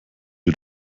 ihr